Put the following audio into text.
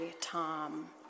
Tom